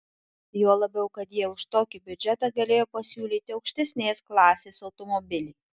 juo labiau kad jie už tokį biudžetą galėjo pasiūlyti aukštesnės klasės automobilį